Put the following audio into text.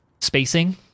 spacing